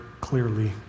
clearly